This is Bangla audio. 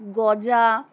গজা